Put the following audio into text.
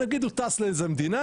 נגיד הוא טס לאיזה מדינה,